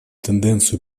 тенденцию